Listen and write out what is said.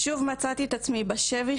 שוב מצאתי את עצמי בשבי,